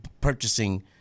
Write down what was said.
purchasing